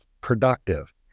productive